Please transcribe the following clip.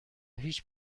هیچ